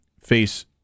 face